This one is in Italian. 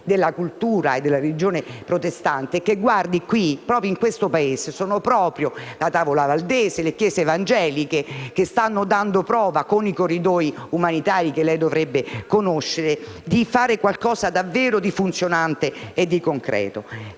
della cultura e della religione protestante. E guardi, proprio qui, in questo Paese, sono proprio la Tavola valdese e le Chiese evangeliche che stanno dando prova, con i corridoi umanitari che lei dovrebbe conoscere, di fare qualcosa di davvero funzionante e di concreto.